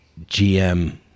gm